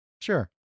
Sure